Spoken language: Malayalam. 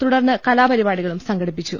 തുടർന്ന് കലാപരിപാടികളും സംഘടിപ്പിച്ചു